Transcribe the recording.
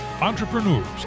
entrepreneurs